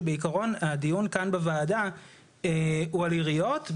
שבעיקרון הדיון כאן בוועדה הוא על עיריות.